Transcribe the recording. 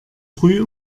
früh